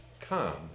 come